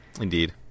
Indeed